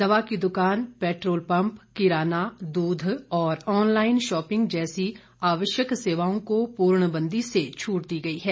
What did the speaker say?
दवा की दुकान पेट्रोल पम्प किराना दूध और ऑनलाइन शॉपिंग जैसी आवश्यक सेवाओं को पूर्णबंदी से छूट दी गई है